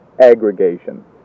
Aggregation